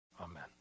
amen